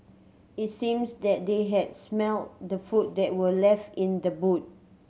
it seems that they had smelt the food that were left in the boot